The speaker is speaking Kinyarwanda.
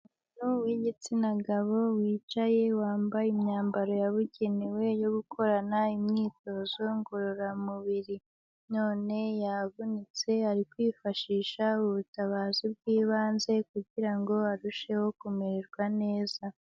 Umuntu w'igitsina gabo wicaye wambaye imyambaro yabugenewe yo gukorana imyitozo ngororamubiri. None yavunitse ari kwifashisha ubutabazi bw'ibanze kugira ngo arusheho kumererwa neza.